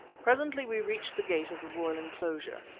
presently we reached the gate of the royal enclosure.